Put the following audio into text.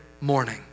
morning